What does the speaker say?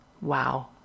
Wow